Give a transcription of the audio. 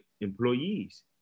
employees